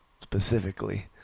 specifically